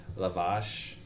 lavash